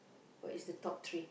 what is the top three